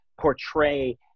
portray